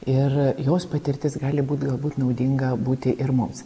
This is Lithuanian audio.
ir jos patirtis gali būt galbūt naudinga būti ir mums